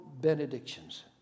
benedictions